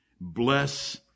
bless